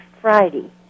Friday